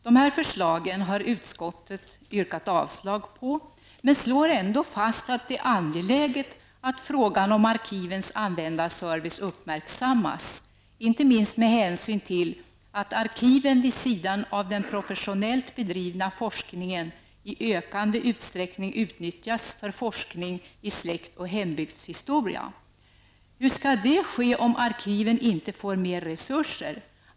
Dessa förslag har utskottet yrkat avslag på, men utskottet slår ändå fast att det är angeläget att frågan om arkivens användarservice uppmärksammas, inte minst med hänsyn till att arkiven vid sidan av den professionellt bedrivna forskningen i ökande utsträckning utnyttjas för forskning i släkt och hembygdshistoria. Hur skall det kunna ske om arkiven inte får mer resurser?